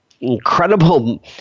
incredible